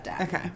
Okay